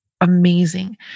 amazing